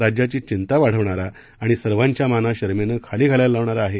राज्याची चिंता वाढवणारा आणि सर्वांच्या माना शरमेनं खाली घालायला लावणारा आहे